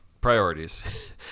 priorities